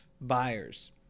buyers